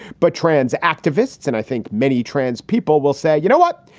but trans activists and i think many trans people will say, you know what?